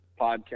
podcast